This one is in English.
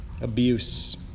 abuse